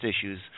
issues